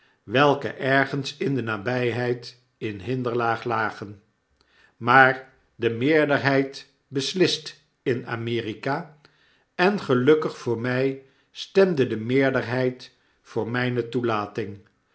welke ergens in de nabpeid in hinderlaag lagen maar de meerderheid beslist in a m e r i k a en gelukkig voor my stemde de meerderheid voor myne toelating